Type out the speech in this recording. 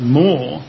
more